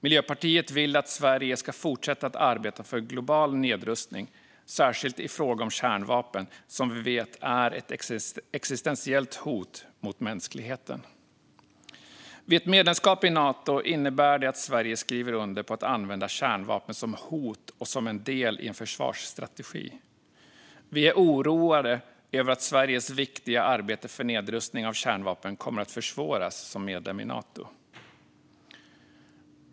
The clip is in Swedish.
Miljöpartiet vill att Sverige ska fortsätta att arbeta för global nedrustning, särskilt i fråga om kärnvapen, som vi vet är ett existentiellt hot mot mänskligheten. Ett medlemskap i Nato innebär att Sverige skriver under på att använda kärnvapen som hot och som en del i en försvarsstrategi. Vi är oroade över att Sveriges viktiga arbete för nedrustning av kärnvapen kommer att försvåras som medlem i Nato.